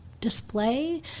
display